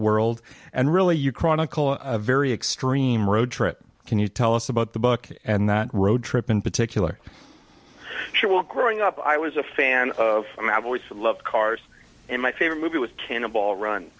world and really you chronicle a very extreme road trip can you tell us about the book and that road trip in particular she went growing up i was a fan of them i've always loved cars and my favorite movie w